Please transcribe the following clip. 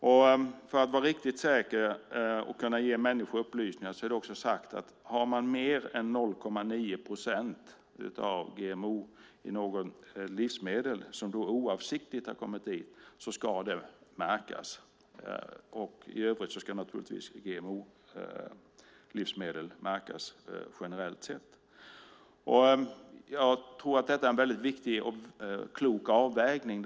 Och för att vara riktigt säker och kunna ge människor upplysningar är det också sagt att har man mer än 0,9 procent av GMO i något livsmedel, som oavsiktligt har kommit dit, ska det märkas. I övrigt ska naturligtvis GMO-livsmedel märkas generellt sett. Jag tror att detta är en viktig och klok avvägning.